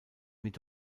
mit